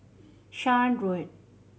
Shan Road